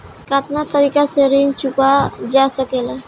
कातना तरीके से ऋण चुका जा सेकला?